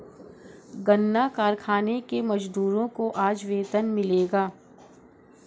गन्ना कारखाने के मजदूरों को आज वेतन मिलेगा